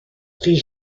prix